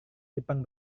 jepang